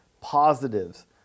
positives